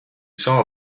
saw